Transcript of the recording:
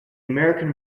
american